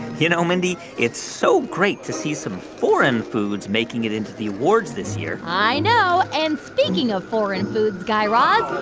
you know, mindy, it's so great to see some foreign foods making it into the awards this year i know. and speaking of foreign foods, guy raz,